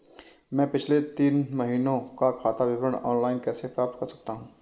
मैं पिछले तीन महीनों का खाता विवरण ऑनलाइन कैसे प्राप्त कर सकता हूं?